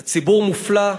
זה ציבור מופלא,